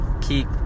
keep